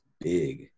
big